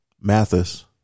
Mathis